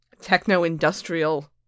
techno-industrial